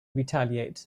retaliate